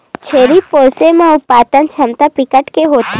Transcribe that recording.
छेरी पोछे म उत्पादन छमता बिकट के होथे